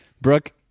Brooke